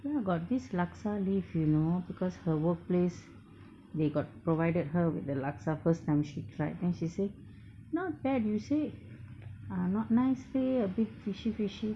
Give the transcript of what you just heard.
ya got this laksa leaf you know because her workplace they got provided her with the laksa first time she try then she say not bad you say err not nice leh a bit fishy fishy